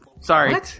sorry